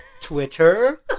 Twitter